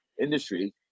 industry